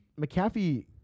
McAfee